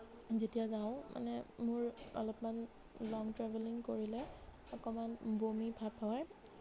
যেতিয়া যাওঁ মানে মোৰ অলপমান লং ট্ৰেভেলিং কৰিলে অকণমান বমি ভাৱ হয়